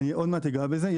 עוד מעט אגע בזה.